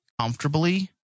comfortably